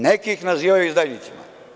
Neki ih nazivaju izdajnicima.